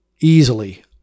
easily